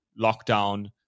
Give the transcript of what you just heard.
lockdown